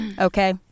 okay